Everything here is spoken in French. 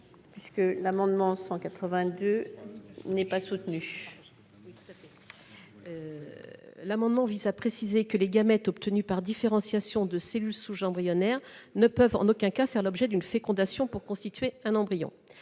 L'amendement n° 135 rectifié vise à préciser que les gamètes obtenus par différenciation de cellules souches embryonnaires ne peuvent en aucun cas faire l'objet d'une fécondation pour constituer un embryon.